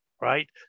right